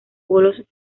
bolos